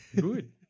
Good